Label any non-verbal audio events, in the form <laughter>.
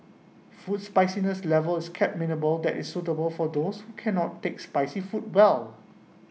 food spiciness level is kept mini <unintelligible> that is suitable for those who cannot take spicy food well